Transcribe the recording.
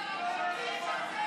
לא יכולים להונות את הציבור.